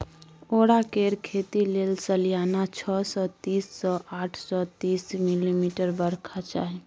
औरा केर खेती लेल सलियाना छअ सय तीस सँ आठ सय तीस मिलीमीटर बरखा चाही